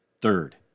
Third